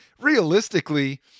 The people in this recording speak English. realistically